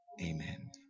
amen